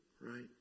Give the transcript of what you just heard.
right